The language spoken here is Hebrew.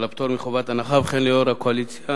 על הפטור מחובת הנחה, וכן ליושב-ראש הקואליציה.